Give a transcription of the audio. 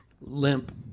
limp